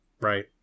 right